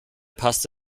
passt